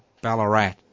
Ballarat